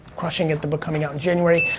crushing it, the book coming out in january,